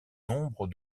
nombre